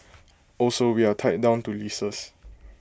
also we are tied down to leases